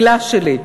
מילה שלי.